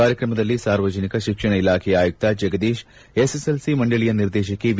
ಕಾರ್ಯಕ್ರಮದಲ್ಲಿ ಸಾರ್ವಜನಿಕ ಶಿಕ್ಷಣ ಇಲಾಖೆಯ ಆಯುಕ್ತ ಜಗದೀಶ್ ಎಸ್ಎಸ್ಎಲ್ಸಿ ಮಂಡಳಿಯ ನಿರ್ದೇಶಕಿ ವಿ